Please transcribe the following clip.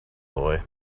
boy